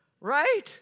Right